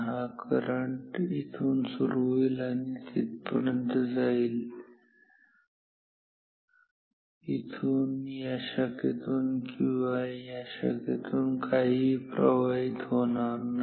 हा करंट येथून सुरू होईल आणि तिथपर्यंत जाईल इथून या शाखेतून किंवा या शाखेतून काहीही प्रवाहित होणार नाही